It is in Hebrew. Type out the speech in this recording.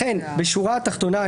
לכן בשורה התחתונה,